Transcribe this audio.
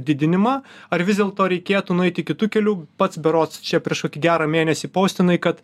didinimą ar vis dėlto reikėtų nueiti kitu keliu pats berods čia prieš kokį gerą mėnesį postinai kad